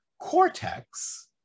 cortex